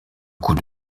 coup